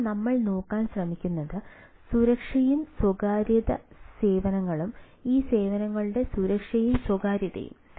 അതിനാൽ നമ്മൾ നോക്കാൻ ശ്രമിക്കുന്നത് സുരക്ഷയും സ്വകാര്യത സേവനങ്ങളും ഈ സേവനങ്ങളുടെ സുരക്ഷയും സ്വകാര്യതയും